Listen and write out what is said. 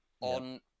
on